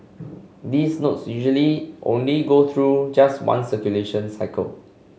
these notes usually only go through just one circulation cycle